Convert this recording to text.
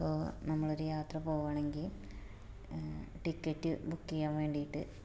ഇപ്പോൾ നമ്മളൊരു യാത്ര പോവുവാണെങ്കില് ടിക്കറ്റ് ബുക്ക് ചെയ്യാന് വേണ്ടിയിട്ട്